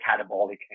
catabolic